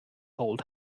old